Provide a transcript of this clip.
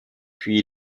puis